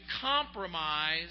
compromise